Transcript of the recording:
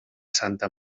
santa